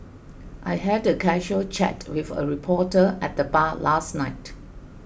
I had a casual chat with a reporter at the bar last night